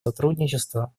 сотрудничества